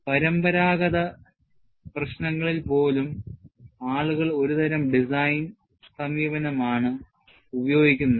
പരമ്പരാഗത പ്രശ്നങ്ങളിൽ പോലും ആളുകൾ ഒരുതരം ഡിസൈൻ സമീപനമാണ് ഉപയോഗിക്കുന്നത്